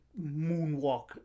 moonwalk